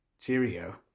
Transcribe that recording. cheerio